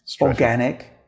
organic